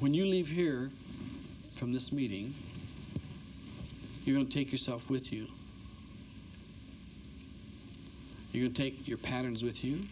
when you leave here from this meeting you take yourself with you you take your patterns with you